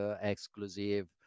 exclusive